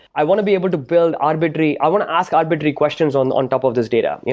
i want to be able to build arbitrary i want to ask arbitrary questions on on top of this data. yeah